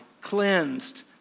cleansed